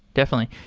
definitely.